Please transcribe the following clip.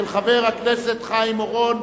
של חבר הכנסת חיים אורון.